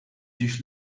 dish